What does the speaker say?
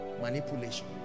manipulation